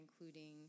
including